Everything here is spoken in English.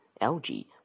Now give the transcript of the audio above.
algae